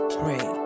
pray